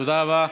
תודה רבה.